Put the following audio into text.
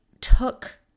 took